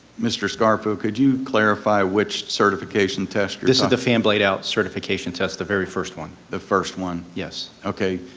mr. scarfo, could you clarify which certification test this is the fan blade out certification test, the very first one. the first one? yes. okay.